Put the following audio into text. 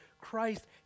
Christ